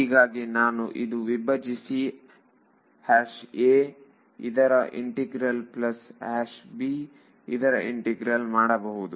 ಹೀಗಾಗಿ ನಾನು ಇದು ವಿಭಜಿಸಿ a ಇದರ ಇಂಟಿಗ್ರಲ್ ಪ್ಲಸ್ b ಇದರ ಇಂಟಿಗ್ರಲ್ ಮಾಡಬಹುದು